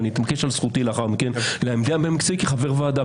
ואני אתעקש על זכותי לאחר מכן להתייחס מקצועית כחבר ועדה,